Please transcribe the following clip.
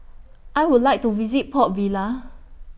I Would like to visit Port Vila